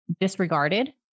disregarded